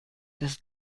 des